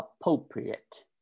appropriate